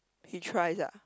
he tries ah